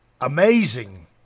amazing